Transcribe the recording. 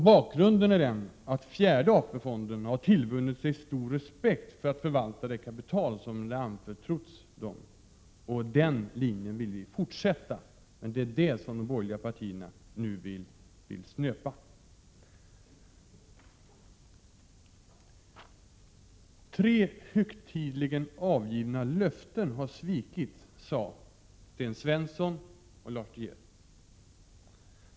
Bakgrunden är att fjärde AP-fonden har tillvunnit sig stor respekt för förvaltandet av det kapital som anförtrotts fonden. Och den linjen vill vi fortsätta, men det är det som de borgerliga partierna nu vill snöpa. Tre högtidligen avgivna löften har svikits, sade Sten Svensson och Lars De Geer.